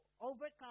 overcome